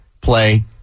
play